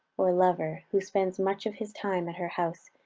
or lover, who spends much of his time at her house,